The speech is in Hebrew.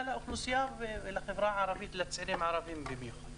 האוכלוסייה ולחברה הערבית ולצעירים הערבים במיוחד.